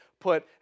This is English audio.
put